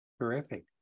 Terrific